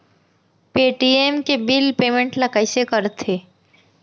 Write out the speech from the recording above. Paytm के bill payment ल कइसे करथे?